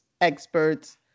experts